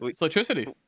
electricity